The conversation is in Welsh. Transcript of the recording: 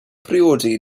priodi